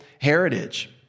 heritage